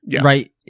right